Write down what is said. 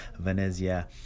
Venezia